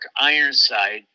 Ironside